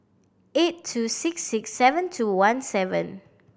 eight two six six seven two one seven